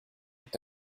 est